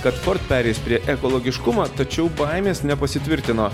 kad ford pereis prie ekologiškumo tačiau baimės nepasitvirtino